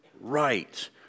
right